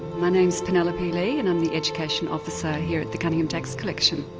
my name is penelope lee and i'm the education officer here at the cunningham dax collection.